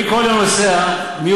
אני כל יום נוסע מאשקלון,